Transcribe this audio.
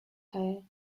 tyre